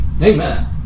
Amen